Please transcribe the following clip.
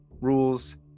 rules